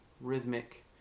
rhythmic